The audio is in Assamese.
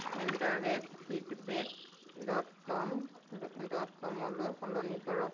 at the rate feedback dot com dot কমলৈ সলনি কৰক